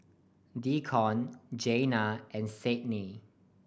Deacon Jeana and Sadye